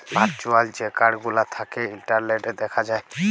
virtual যে card গুলা থ্যাকে ইলটারলেটে দ্যাখা যায়